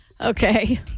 Okay